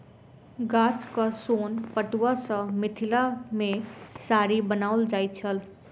गाछक सोन पटुआ सॅ मिथिला मे साड़ी बनाओल जाइत छल